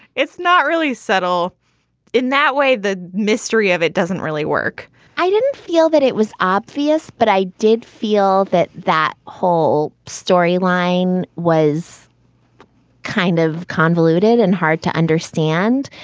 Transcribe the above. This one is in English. it's not really subtle in that way. the mystery of it doesn't really work i didn't feel that it was obvious, but i did feel that that whole storyline was kind of convoluted and hard to understand.